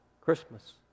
Christmas